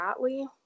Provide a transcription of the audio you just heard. Ratley